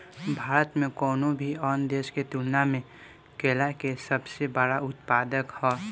भारत कउनों भी अन्य देश के तुलना में केला के सबसे बड़ उत्पादक ह